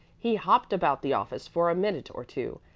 he hopped about the office for a minute or two,